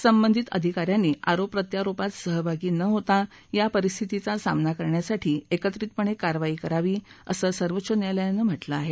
संबंधित अधिकाऱ्यांनी आरोप प्रत्यारोपात सहभागी न होता या परिस्थितीचा सामना करण्यासाठी एकत्रितपणे कारवाई करावी असं सर्वोच्च न्यायालयानं म्हटलं आहे